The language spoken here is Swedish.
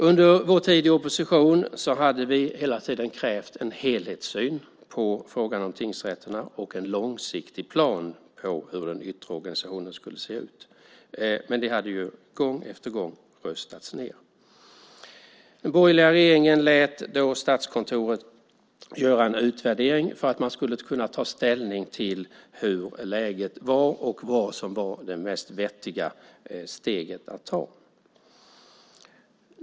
Under vår tid i opposition hade vi hela tiden krävt en helhetssyn på frågan om tingsrätterna och en långsiktig plan för hur den yttre organisationen skulle se ut, men det hade gång efter gång röstats ned. Den borgerliga regeringen lät Statskontoret göra en utvärdering för att man skulle kunna ta ställning till hur läget var och vad som var det vettiga steget att ta.